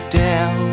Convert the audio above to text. down